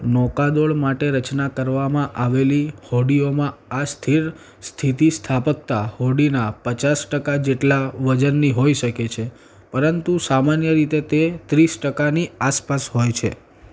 નૌકાદોડ માટે રચના કરવામાં આવેલી હોડીઓમાં આ સ્થિર સ્થિતિસ્થાપકતા હોડીના પચાસ ટકા જેટલા વજનની હોઇ શકે છે પરંતુ સામાન્ય રીતે તે ત્રીસ ટકાની આસપાસ હોય છે